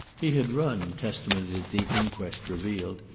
he had run, testimony at the inquest revealed,